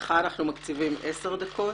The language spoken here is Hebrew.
לך אנחנו מקציבים עשר דקות.